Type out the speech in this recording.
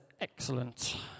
excellent